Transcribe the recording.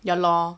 ya lor